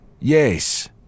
Yes